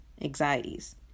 anxieties